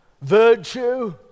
Virtue